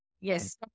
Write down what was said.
Yes